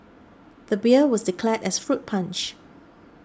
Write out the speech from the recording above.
the beer was declared as fruit punch